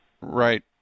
Right